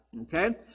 Okay